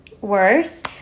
worse